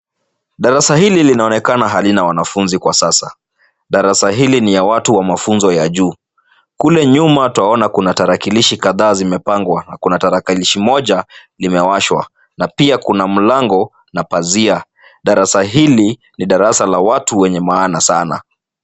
Darasa hili linaonekana halina wanafunzi kwa sasa. Darasa hili ni ya watu wa mafunzo ya juu. Kule nyuma twaona kuna tarakilishi kadha zimepangwa na kuna tarakilishi moja imewashwa na pia kuna mlango na pazia. Darasa hili ni darasa la watu wenye maana sana.